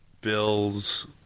bills